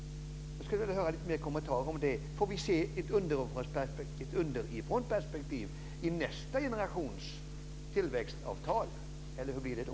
Jag skulle vilja höra lite mer kommentarer om det. Får vi se ett underifrånperspektiv i nästa generations tillväxtavtal eller hur blir det då?